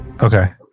Okay